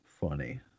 funny